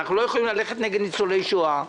אנחנו לא יכולים ללכת נגד ניצולי שואה.